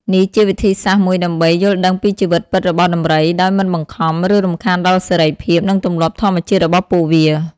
នេះជាវិធីសាស្ត្រមួយដើម្បី យល់ដឹងពីជីវិតពិតរបស់ដំរី ដោយមិនបង្ខំ ឬរំខានដល់សេរីភាព និងទម្លាប់ធម្មជាតិរបស់ពួកវា។